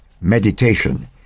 meditation